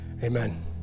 Amen